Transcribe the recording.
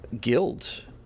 guilds